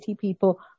people